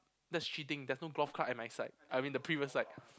that's cheating there's no golf club at my side I mean the previous side